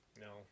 No